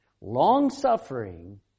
Long-suffering